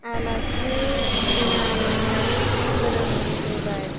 आलासि सिनायनो फोरोंबोबाय